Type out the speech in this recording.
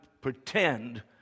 pretend